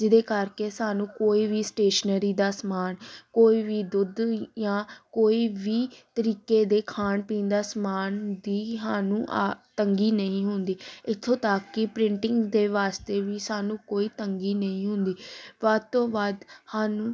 ਜਿਹਦੇ ਕਰਕੇ ਸਾਨੂੰ ਕੋਈ ਵੀ ਸਟੇਸ਼ਨਰੀ ਦਾ ਸਮਾਨ ਕੋਈ ਵੀ ਦੁੱਧ ਜਾਂ ਕੋਈ ਵੀ ਤਰੀਕੇ ਦੇ ਖਾਣ ਪੀਣ ਦਾ ਸਮਾਨ ਦੀ ਸਾਨੂੰ ਆ ਤੰਗੀ ਨਹੀਂ ਹੁੰਦੀ ਇੱਥੋਂ ਤੱਕ ਕਿ ਪ੍ਰਿੰਟਿੰਗ ਦੇ ਵਾਸਤੇ ਵੀ ਸਾਨੂੰ ਕੋਈ ਤੰਗੀ ਨਹੀਂ ਹੁੰਦੀ ਵੱਧ ਤੋਂ ਵੱਧ ਸਾਨੂੰ